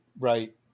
Right